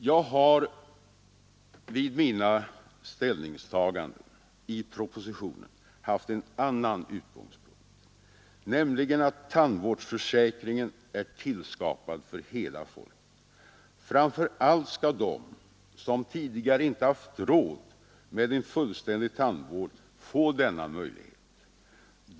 Jag har vid mina ställningstaganden i propositionen haft en annan utgångspunkt, nämligen att tandvårdsförsäkringen är tillskapad för hela folket. Framför allt skall de som tidigare inte haft råd med en fullständig tandvård få denna möjlighet.